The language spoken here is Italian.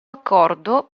accordo